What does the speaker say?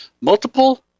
multiple